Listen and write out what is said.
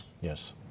Yes